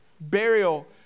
burial